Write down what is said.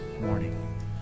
morning